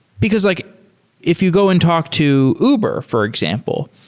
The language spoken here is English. because like if you go and talk to uber, for example,